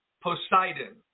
Poseidon